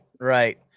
right